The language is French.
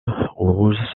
rouge